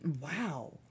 Wow